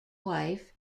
wife